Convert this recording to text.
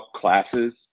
classes